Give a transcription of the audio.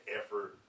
effort